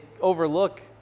overlook